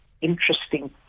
interesting